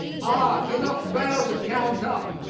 ah, do not fail to count up,